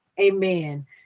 Amen